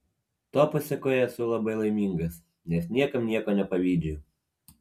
to pasėkoje esu labai laimingas nes niekam nieko nepavydžiu